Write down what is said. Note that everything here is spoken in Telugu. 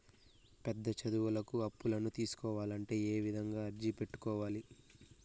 పెద్ద చదువులకు అప్పులను తీసుకోవాలంటే ఏ విధంగా అర్జీ పెట్టుకోవాలి?